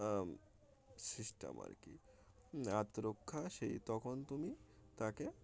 system আর কি আত্মরক্ষা সেই তখন তুমি তাকে